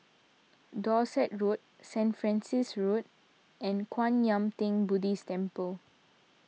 Dorset Road Saint Francis Road and Kwan Yam theng Buddhist Temple